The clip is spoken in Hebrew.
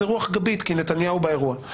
איזו רוח גבית כי נתניהו באירוע.